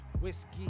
Whiskey